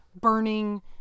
burning